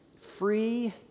free